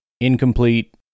Incomplete